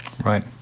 Right